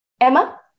Emma